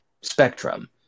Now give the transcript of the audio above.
spectrum